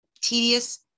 tedious